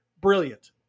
Brilliant